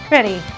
Ready